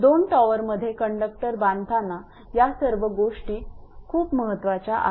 दोन टॉवरमध्ये कंडक्टर बांधताना या सर्व गोष्टी महत्त्वाच्या आहेत